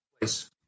place